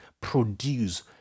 produce